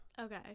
Okay